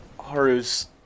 Haru's